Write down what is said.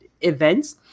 events